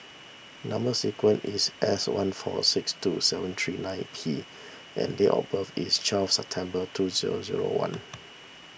Number Sequence is S one four six two seven three nine P and date of birth is twelve September two zero zero one